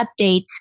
updates